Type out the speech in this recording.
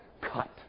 cut